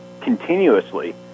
continuously